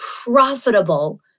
profitable